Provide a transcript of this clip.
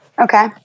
Okay